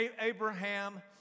Abraham